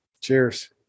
cheers